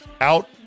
Out